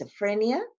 schizophrenia